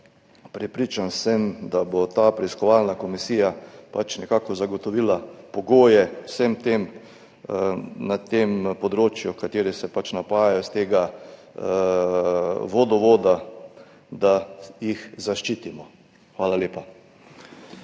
Prepričan sem, da bo ta preiskovalna komisija nekako zagotovila pogoje vsem na tem področju, ki se napajajo iz tega vodovoda, da jih zaščitimo. Hvala lepa.